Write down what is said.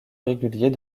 régulier